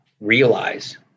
realize